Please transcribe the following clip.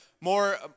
more